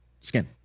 skin